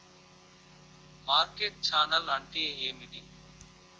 Market channel అంటే ఏమిటి?